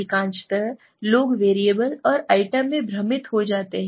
अधिकांशतः लोग वेरिएबल और आइटम में भ्रमित हो जाते हैं